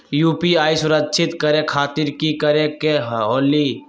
UPI सुरक्षित करे खातिर कि करे के होलि?